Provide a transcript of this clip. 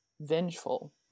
vengeful